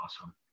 awesome